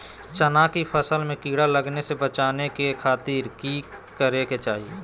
चना की फसल में कीड़ा लगने से बचाने के खातिर की करे के चाही?